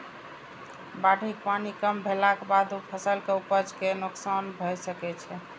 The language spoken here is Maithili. बाढ़िक पानि कम भेलाक बादो फसल के उपज कें नोकसान भए सकै छै